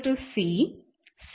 c and c